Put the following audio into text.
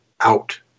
out